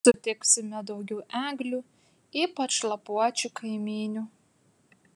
sutiksime daugiau eglių ypač lapuočių kaimynių